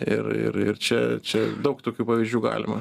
ir ir čia čia daug tokių pavyzdžių galima